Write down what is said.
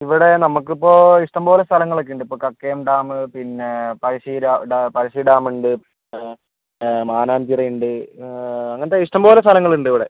ഇവിടെ നമുക്ക് ഇപ്പോൾ ഇഷ്ടം പോലെ സ്ഥലങ്ങളൊക്കെ ഉണ്ട് ഇപ്പം കക്കയം ഡാമ് പിന്നെ പഴശ്ശി പഴശ്ശി ഡാമിണ്ട് മാനാഞ്ചിറ ഉണ്ട് അങ്ങനത്ത ഇഷ്ടം പോല സ്ഥലങ്ങൾ ഉണ്ട് ഇവിടെ